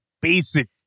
basic